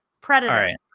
Predator